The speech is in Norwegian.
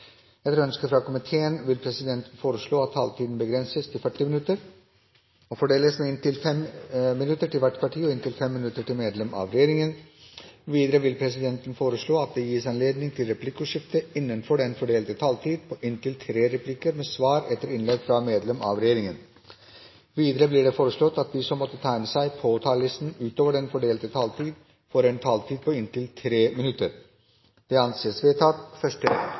Etter ønske fra næringskomiteen vil presidenten foreslå at taletiden begrenses til 40 minutter og fordeles med inntil 5 minutter til hvert parti og inntil 5 minutter til medlem av regjeringen. Videre vil presidenten foreslå at det gis anledning til replikkordskifte på inntil tre replikker med svar etter innlegg fra medlem av regjeringen innenfor den fordelte taletid. Videre blir det foreslått at de som måtte tegne seg på talerlisten utover den fordelte taletid, får en taletid på inntil 3 minutter. – Det anses vedtatt.